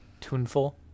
tuneful